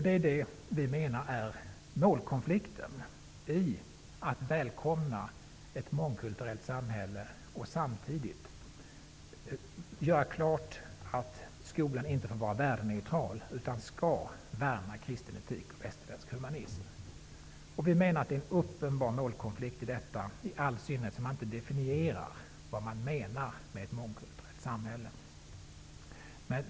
Det gäller målkonflikten i att välkomna ett mångkulturellt samhälle och att samtidigt göra klart att skolan inte får vara värdeneutral utan skall värna kristen etik och västerländsk humanism. Vi menar att det finns en uppenbar målkonflikt i detta, i all synnerhet som man inte definierar vad som menas med ett mångkulturellt samhälle.